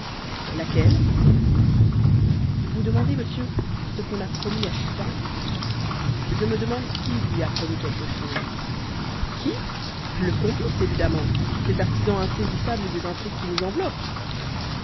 laquelle vous vous demandez monsieur ce qu'on a promis à chupin moi je me demande qui lui a promis quelque chose qui le complice évidemment cet artisan insaisissable des intrigues qui nous enveloppent